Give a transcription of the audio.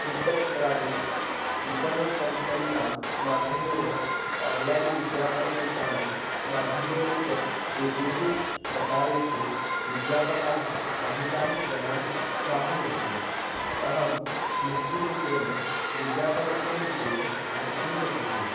वृत्तपत्राणि विपणकम्पनिनां माध्यमेन आन्लैन् विज्ञापनमञ्चानां माध्यमेन च एतेषु प्रकारेषु विज्ञापनाः अधिकान् जनान् प्राप्नुवन्ति अहं निश्चितं रूपेण विज्ञापनस्य विषये वक्तुं शक्नोमि